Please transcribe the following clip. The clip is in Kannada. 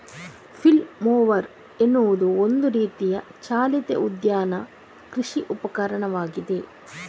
ಫ್ಲೇಲ್ ಮೊವರ್ ಎನ್ನುವುದು ಒಂದು ರೀತಿಯ ಚಾಲಿತ ಉದ್ಯಾನ ಕೃಷಿ ಉಪಕರಣವಾಗಿದೆ